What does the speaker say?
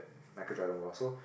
Micheal Jordan wore so